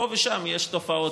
פה ושם יש תופעות,